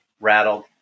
rattled